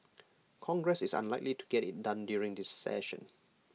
congress is unlikely to get IT done during this session